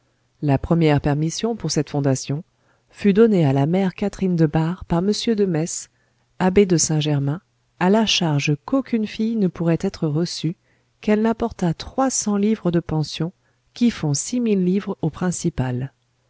la première permission pour cette fondation fut donnée à la mère catherine de bar par mr de metz abbé de saint-germain à la charge qu'aucune fille ne pourrait être reçue qu'elle n'apportât trois cents livres de pension qui font six mille livres au principal